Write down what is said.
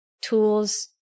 tools